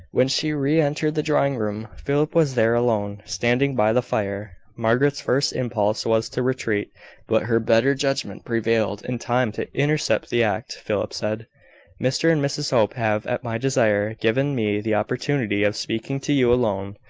when she re-entered the drawing-room, philip was there alone standing by the fire. margaret's first impulse was to retreat but her better judgment prevailed in time to intercept the act. philip said mr and mrs hope have, at my desire, given me the opportunity of speaking to you alone.